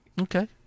Okay